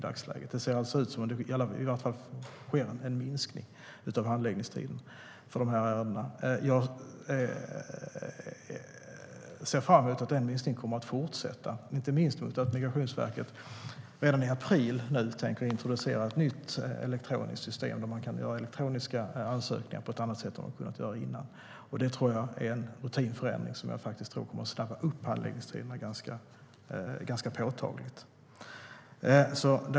Det ser alltså ut som om det sker en förkortning av handläggningstiderna för dessa ärenden. Jag ser fram emot att denna förkortning kommer att fortsätta, inte minst därför att Migrationsverket redan i april tänker introducera ett nytt elektroniskt system. Då kan man på ett annat sätt än tidigare göra elektroniska ansökningar. Det tror jag är en rutinförändring som kommer att förkorta handläggningstiderna ganska påtagligt.